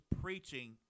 preaching